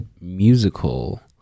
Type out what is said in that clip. musical